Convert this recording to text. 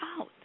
out